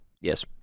Yes